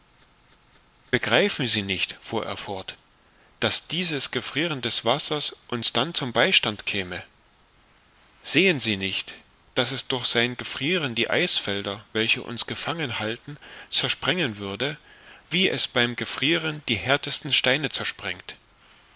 begreifen sie nicht fuhr er fort daß dieses gefrieren des wassers uns dann zum beistand käme sehen sie nicht daß es durch sein gefrieren die eisfelder welche uns gefangen halten zersprengen würde wie es beim gefrieren die härtesten steine zersprengt